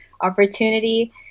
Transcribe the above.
opportunity